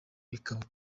bikaba